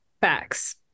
Facts